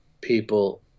people